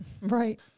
right